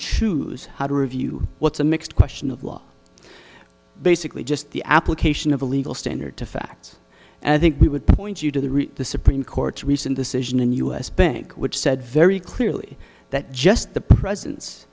choose how to review what's a mixed question of law basically just the application of the legal standard to facts and i think we would point you to the route the supreme court's recent decision in u s bank which said very clearly that just the presence